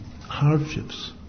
hardships